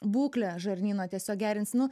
būklę žarnyno tiesiog gerins nu